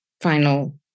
final